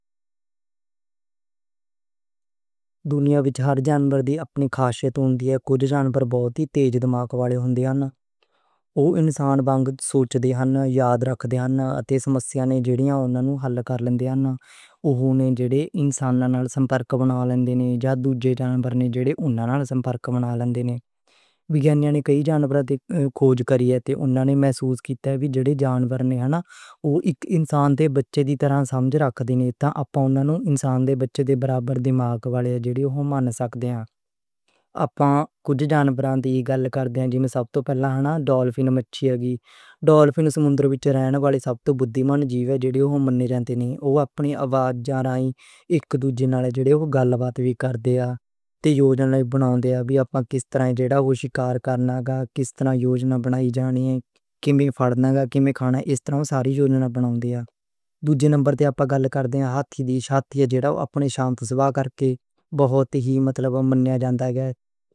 دنیا وچ ہر جانور دی اپنی خاصیت ہوندی ہے۔ کجھ جانور بہت تیز دماغ والے ہوندے ہن۔ او انسان وانگ سوچے وی ہن۔ یاد رکھدے ہن۔ تے سمسیاں نوں حل کر لیندے ہن۔ اوہنا اے، جنہاں انسان نال سمپرک بناؤ لیندے نے۔ جد دوجے جانور نے جڑے اوناں نال سمپرک بناؤ لیندے نے۔ وگیانیاں نے کئی جانوراں بارے کھوج کری ہے۔ تے اوناں نے محسوس کیتے، جڑے جانور نے ہن او انسان دے بچے دی طرح سمجھ رکھدے نے۔ اپاں ہن او انسان دے بچے دے برابر دماغ والے منے جا سکدے نے۔ سب توں پہلاں ڈالفن، ڈالفن سمندر وچ رہن والے سب توں بدھیمان جیو ہن جنہاں نوں منیا جاندا ہے۔ او اپنی آواز نال اک دوجے نال گل بات وی کردے تے یوجنا بناؤندے ہن۔ کس طرح شکار کرنا، کیویں پھڑنا، کیویں کھانا، اس طرح ساریاں یوجناں بناؤندے ہن۔ دوجے نمبر تے اپاں گل کردے ہاتھی جڑا سنت سوبھاؤ کرکے بہت ہمتلا معلوم ہوندا ہے۔